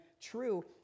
true